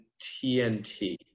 TNT